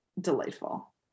delightful